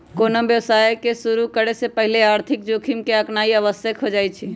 कोनो व्यवसाय के शुरु करे से पहिले आर्थिक जोखिम के आकनाइ आवश्यक हो जाइ छइ